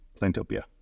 Plantopia